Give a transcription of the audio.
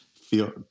feel